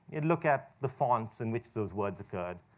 you'd look at the fonts in which those words occurred.